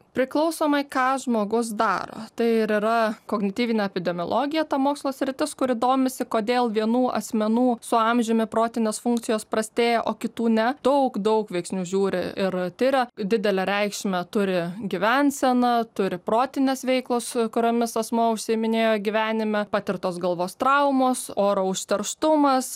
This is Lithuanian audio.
priklausomai ką žmogus daro tai ir yra kognityvinė epidemiologija ta mokslo sritis kuri domisi kodėl vienų asmenų su amžiumi protinės funkcijos prastėja o kitų ne daug daug veiksnių žiūri ir tiria didelę reikšmę turi gyvensena turi protinės veiklos kuriomis asmuo užsiiminėjo gyvenime patirtos galvos traumos oro užterštumas